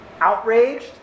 outraged